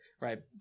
right